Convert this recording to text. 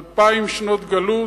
אלפיים שנות גלות,